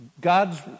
God's